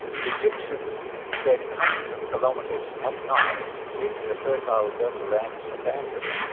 the egyptians fled hundreds of kilometres up nile leaving the fertile delta lands abandoned.